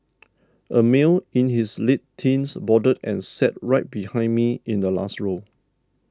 a male in his late teens boarded and sat right behind me in the last row